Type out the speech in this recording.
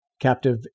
captive